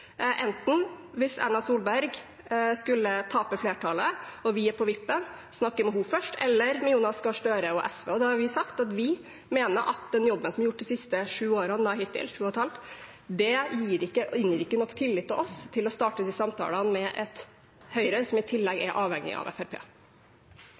enten snakke med Erna Solberg først hvis hun skulle tape flertallet og vi er på vippen, eller med Jonas Gahr Støre og SV. Da har vi sagt at vi mener at den jobben som er gjort hittil de siste sju og et halvt årene, ikke inngir nok tillit for oss til å starte de samtalene med et Høyre som i tillegg